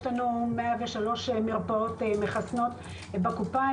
יש לנו 103 מרפאות מחסנות בקופה,